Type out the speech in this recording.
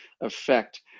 effect